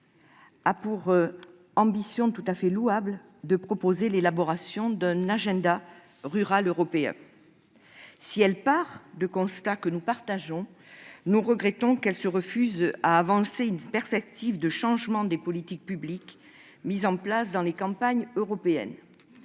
a pour ambition louable l'élaboration d'un agenda rural européen. Si nous partageons ses constats, nous regrettons qu'elle se refuse à avancer une perspective de changement des politiques publiques mises en place dans les campagnes européennes.